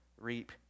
reap